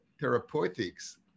therapeutics